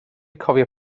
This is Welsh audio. cofio